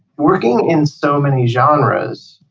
working in so many genres,